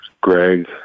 Greg